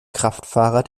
kraftfahrer